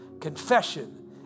confession